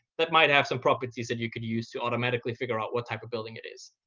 that might have some properties that you could use to automatically figure out what type of building it is.